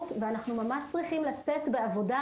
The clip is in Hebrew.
ודיכאון ואנחנו ממש צריכים לצאת בעבודה,